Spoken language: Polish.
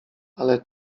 ale